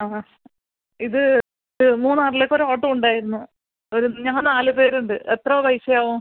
ആ ഇത് മൂന്നാറിലേക്ക് ഒരു ഓട്ടം ഉണ്ടായിരുന്നു ഒരു ഞങ്ങൾ നാല് പേരുണ്ട് എത്ര പൈസ ആവും